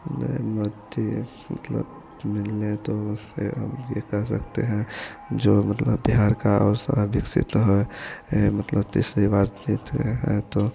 नरेन्द्र मोदी मतलब मिलने तो उससे हम यह कह सकते हैं जो मतलब बिहार का और सारा विकसित है यह मतलब तीसरी बार जीते हैं तो